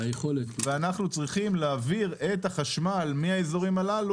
ואנחנו צריכים להעביר את החשמל מהאזורים הללו